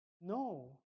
No